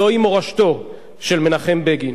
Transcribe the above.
זוהי מורשתו של מנחם בגין.